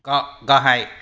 गाहाय